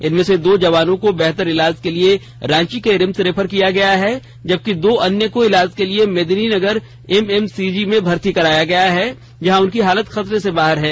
इनमें से दो जवानों को बेहतर इलाज के लिए रांची रिम्स रेफर किया गया है जबकि दो अन्य को इलाज के लिए मेदिनीनगर एमएमसीजी में भर्ती कराया गया है उनकी हालत खतरे से बाहर है